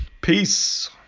peace